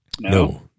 no